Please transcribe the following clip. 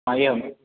हा एवं